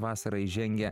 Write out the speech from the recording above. vasarą įžengia